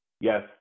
Yes